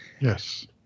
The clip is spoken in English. Yes